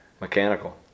Mechanical